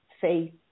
faith